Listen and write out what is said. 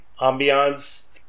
ambiance